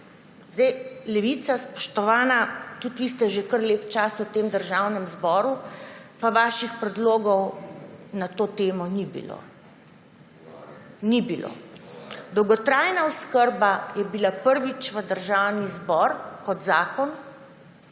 Levica, tudi vi ste že lep čas v Državnem zboru, pa vaših predlogov na to temo ni bilo. Ni bilo. Dolgotrajna oskrba je bila prvič v Državni zbor kot zakon